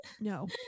no